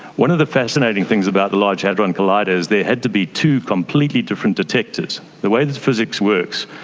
one of the fascinating things about the large hadron collider is there had to be two completely different detectors. the way the physics works,